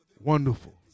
wonderful